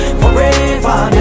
forever